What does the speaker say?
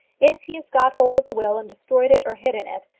if he has got hold of the will and destroyed it, or hidden it,